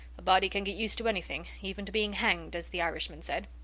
a body can get used to anything, even to being hanged, as the irishman said.